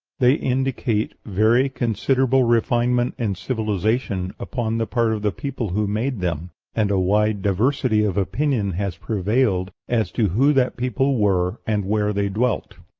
they indicate very considerable refinement and civilization upon the part of the people who made them and a wide diversity of opinion has prevailed as to who that people were and where they dwelt.